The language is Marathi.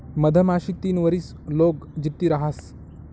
मधमाशी तीन वरीस लोग जित्ती रहास